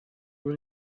for